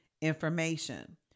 information